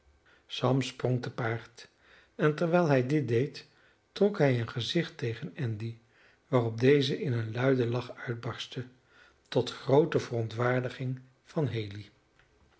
sam sprong te paard en terwijl hij dit deed trok hij een gezicht tegen andy waarop deze in een luiden lach uitbarstte tot groote verontwaardiging van haley